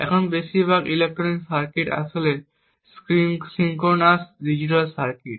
এখন বেশিরভাগ electronic circuit আসলে সিঙ্ক্রোনাস ডিজিটাল সার্কিট